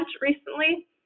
recently